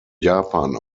japan